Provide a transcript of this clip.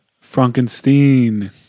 Frankenstein